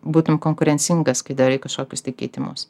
būtum konkurencingas kai darai kažkokius tai keitimus